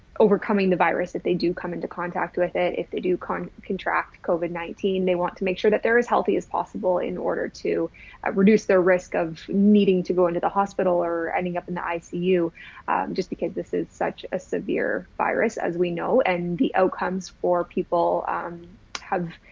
overcoming the virus. if they do come into contact with it, if they do con contract covid nineteen, they want to make sure that they're as healthy as possible in order to reduce their risk of needing to go into the hospital or ending up in the icu, just because this is such a severe virus, as we know, and the outcomes for people have,